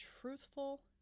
truthful